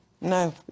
no